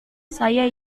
saya